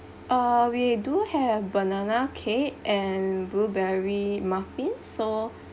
err we do have banana cake and blueberry muffin so